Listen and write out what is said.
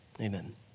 amen